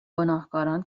گناهکاران